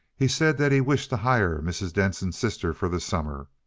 he said that he wished to hire mrs. denson's sister for the summer.